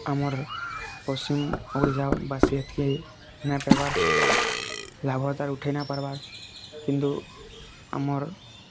ଆମର୍ ପଶ୍ଚିମ ଓଡ଼ିଶା ବାସୀ ଏତ୍କି ନାଇ ପାଇବାର୍ ଲାଭ ତା'ର୍ ଉଠେଇ ନାଇ ପାରବାର୍ କିନ୍ତୁ ଆମର୍